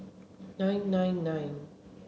nine nine nine